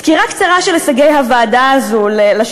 סקירה קצרה של הישגי הוועדה הזאת,